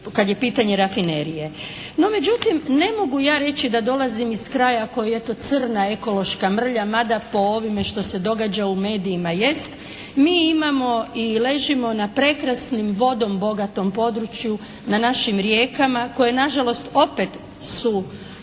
kad je pitanje rafinerije. No međutim, ne mogu ja reći da dolazim iz kraja koji je eto crna ekološka mrlja mada po ovome što se događa u medijima jest mi imamo i ležimo na prekrasnim vodom bogatom području na našim rijekama koje na žalost opet su